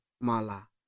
Mala